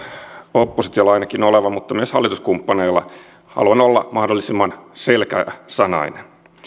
olevan ainakin oppositiolla mutta myös hallituskumppaneilla ja haluan olla mahdollisimman selkeäsanainen